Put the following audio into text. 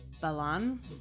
Balan